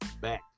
back